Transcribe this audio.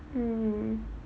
hmm